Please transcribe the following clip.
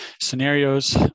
scenarios